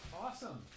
Awesome